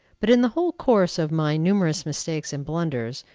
but in the whole course of my numerous mistakes and blunders,